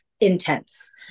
intense